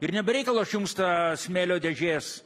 ir ne be reikalo aš jums tą smėlio dėžės